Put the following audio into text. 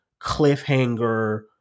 cliffhanger